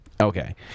okay